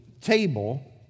table